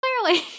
Clearly